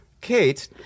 Kate